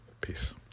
Peace